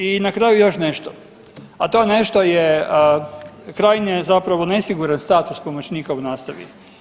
I na kraju još nešto, a to nešto je krajnje zapravo nesiguran status pomoćnika u nastavi.